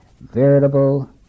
veritable